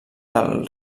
del